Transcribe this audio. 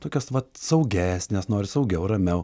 tokios vat saugesnės nori saugiau ramiau